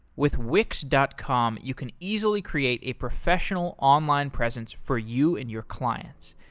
with wix dot com, you can easily create a professional online presence for you and your clients.